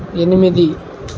ఎనిమిది